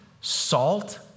salt